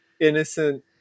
innocent